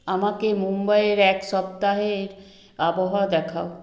আমাকে মুম্বইয়ের এক সপ্তাহের আবহাওয়া দেখাও